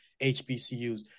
HBCUs